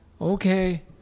okay